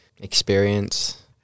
experience